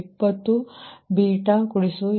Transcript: ಇದು 2020 8